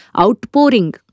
outpouring